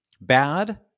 bad